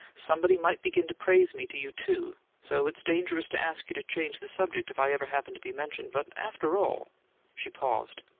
somebody might begin to praise me to you, too so it's dangerous to ask you to change the subject if i ever happen to be mentioned. but after all she paused.